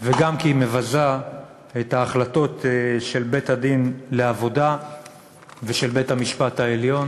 וגם כי היא מבזה את ההחלטות של בית-הדין לעבודה ושל בית-המשפט העליון.